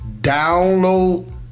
download